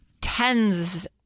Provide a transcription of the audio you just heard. tens